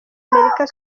amerika